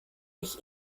ich